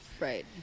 Right